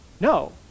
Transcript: No